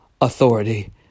authority